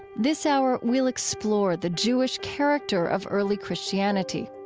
this hour we'll explore the jewish character of early christianity.